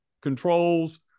controls